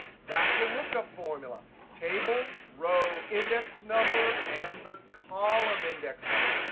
that's a lookup formula table, row, index number, and the column index number.